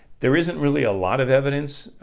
there isn't really a lot of evidence,